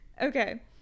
Okay